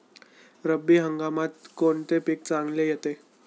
रब्बी हंगामात कोणते पीक चांगले येते?